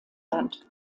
land